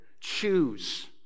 choose